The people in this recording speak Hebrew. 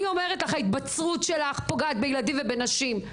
אני אומרת לך, ההתבצרות שלך פוגעת בילדים ובנשים.